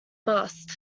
burst